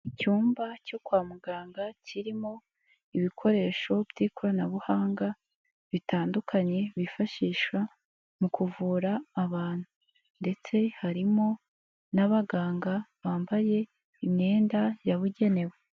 Icyumba cyo kwa muganga kirimo ibikoresho by'ikoranabuhanga bitandukanye, bifashisha mu kuvura abantu ndetse harimo n'abaganga bambaye imyenda yabugenewe.